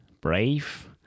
Brave